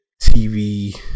TV